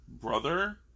brother